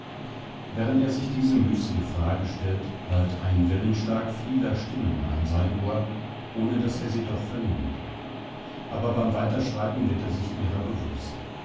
während er sich diese müßige frage stellt hallt ein wellenschlag vieler stimmen an sein ohr ohne daß er sie doch vernimmt aber beim weiterschreiten wird er sich ihrer bewußt